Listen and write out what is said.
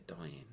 dying